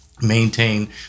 maintain